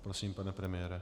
Prosím, pane premiére.